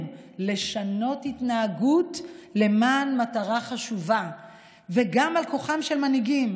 לשנות התנהגות למען מטרה חשובה וגם על כוחם של מנהיגים